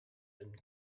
and